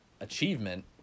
achievement